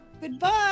Goodbye